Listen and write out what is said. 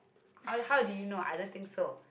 how how did you know I don't think so